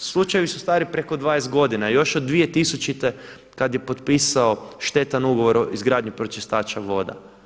A to, slučajevi su stari preko 20 godina, još od 2000. kada je potpisao štetan ugovor o izgradnji pročistača voda.